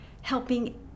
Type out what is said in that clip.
helping